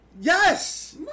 Yes